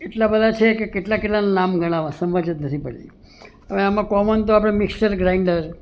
એટલા બધા છે કે કેટલા કેટલાના નામ ગણાવવા સમજ જ નથી પડતી હવે આમાં કોમન તો આપણે મિકસ્ચર ગ્રાઈન્ડર